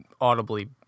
audibly